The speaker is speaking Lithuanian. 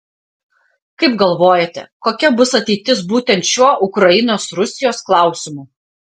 kaip galvojate kokia bus ateitis būtent šiuo ukrainos rusijos klausimu